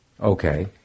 Okay